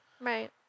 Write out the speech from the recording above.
Right